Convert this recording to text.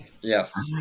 yes